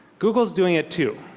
google's doing it too.